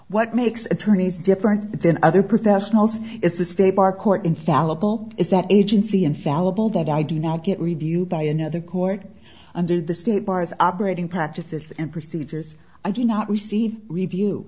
what makes attorneys different than other professionals is the state bar court infallible is that agency infallible that i do not get reviewed by another court under the state bar as operating practices and procedures i do not receive review